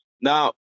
Now